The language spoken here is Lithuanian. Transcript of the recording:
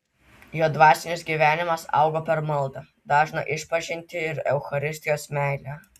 jo dvasinis gyvenimas augo per maldą dažną išpažintį ir eucharistijos meilę